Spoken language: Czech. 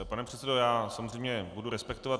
Pane předsedo, já samozřejmě budu respektovat.